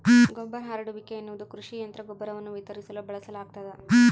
ಗೊಬ್ಬರ ಹರಡುವಿಕೆ ಎನ್ನುವುದು ಕೃಷಿ ಯಂತ್ರ ಗೊಬ್ಬರವನ್ನು ವಿತರಿಸಲು ಬಳಸಲಾಗ್ತದ